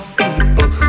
people